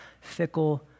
fickle